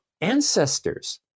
ancestors